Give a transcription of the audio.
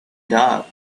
dark